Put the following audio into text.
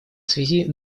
связи